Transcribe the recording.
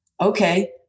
Okay